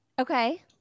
Okay